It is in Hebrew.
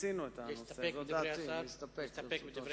מיצינו את הנושא, זו דעתי.